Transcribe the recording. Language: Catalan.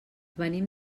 venim